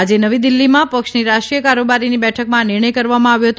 આજે નવી દિલ્હીમાં પક્ષની રાષ્ટ્રીય કારોબારીની બેઠકમાં આ નિર્ણય કરવામાં આવ્યો હતો